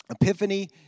Epiphany